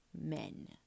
men